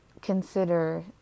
Consider